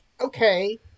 okay